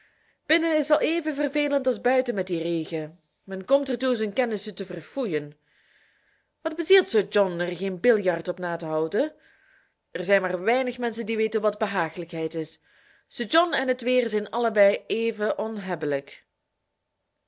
binnen is t al even vervelend als buiten met dien regen men komt ertoe zijn kennissen te verfoeien wat bezielt sir john er geen biljart op na te houden er zijn maar weinig menschen die weten wat behagelijkheid is sir john en het weer zijn allebei even